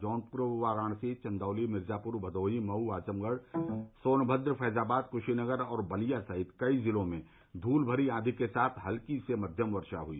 जौनपुर वाराणसी चन्दौली मिर्जापुर भदोही मऊ आजमगढ़ सोनमद्र फैजाबाद क्शीनगर और बलिया सहित कई जिलों में धूलमरी आंधी के साथ हल्की से मध्यम वर्षा हुई